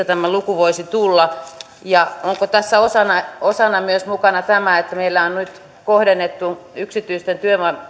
tämä luku voisi tulla onko tässä osana osana myös mukana tämä että meillä on nyt kohdennettu yksityisten